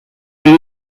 egin